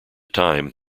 time